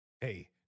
Hey